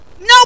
no